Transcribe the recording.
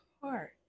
heart